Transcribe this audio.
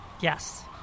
Yes